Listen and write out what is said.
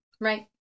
Right